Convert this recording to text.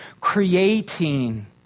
creating